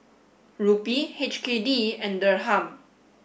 Rupee H K D and Dirham